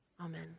Amen